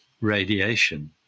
radiation